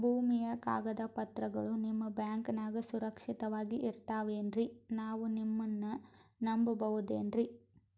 ಭೂಮಿಯ ಕಾಗದ ಪತ್ರಗಳು ನಿಮ್ಮ ಬ್ಯಾಂಕನಾಗ ಸುರಕ್ಷಿತವಾಗಿ ಇರತಾವೇನ್ರಿ ನಾವು ನಿಮ್ಮನ್ನ ನಮ್ ಬಬಹುದೇನ್ರಿ?